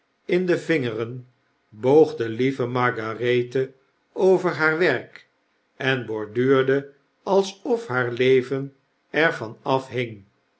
in de vingeren boog de lieve margarethe over haar werk en borduurde alsof haar leven er van